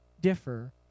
differ